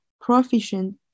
proficient